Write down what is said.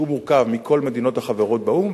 שמורכב מכל המדינות החברות באו"ם,